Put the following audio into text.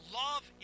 love